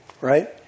right